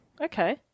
Okay